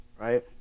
Right